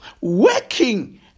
working